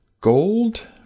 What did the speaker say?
gold